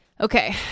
Okay